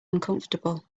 uncomfortable